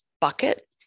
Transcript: bucket